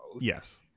yes